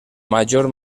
major